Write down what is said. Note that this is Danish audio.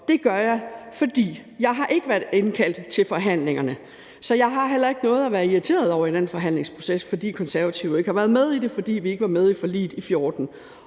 Det gør jeg, fordi jeg ikke har været indkaldt til forhandlingerne – så jeg har heller ikke noget at være irriteret over i den forhandlingsproces. Konservative har ikke været med i det, fordi vi ikke var med i forliget i 2014.